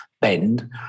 bend